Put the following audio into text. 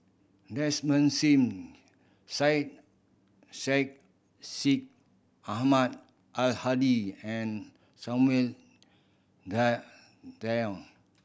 Desmond Sim Syed Sheikh Syed Ahmad Al Hadi and Samuel Dyer